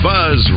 Buzz